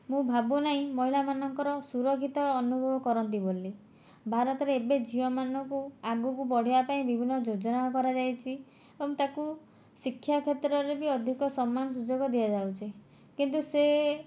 ମୁଁ ଭାବୁ ନାହିଁ ମହିଳାମାନଙ୍କର ସୁରକ୍ଷିତ ଅନୁଭବ କରନ୍ତି ବୋଲି ଭାରତରେ ଏବେ ଝିଅମାନଙ୍କୁ ଆଗକୁ ବଢ଼ିବା ପାଇଁ ବିଭିନ୍ନ ଯୋଜନା କରାଯାଇଛି ଏବଂ ତାକୁ ଶିକ୍ଷା କ୍ଷେତ୍ରରେ ବି ଅଧିକ ସମାନ ସୁଯୋଗ ଦିଆଯାଉଛି କିନ୍ତୁ ସେ